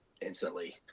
instantly